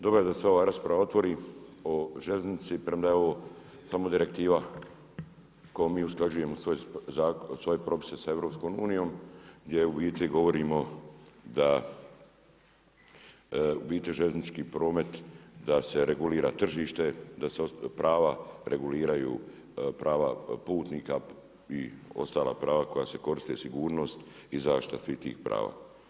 Dobro je da se ova rasprava otvori o željeznici premda je ovo samo direktiva kojom mi usklađujemo svoje propise sa EU gdje u biti govorimo da u biti željeznički promet da se regulira tržište, da se prava reguliraju prava putnika i ostala prava koje se koriste, sigurnost i zaštita svih tih prava.